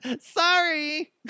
Sorry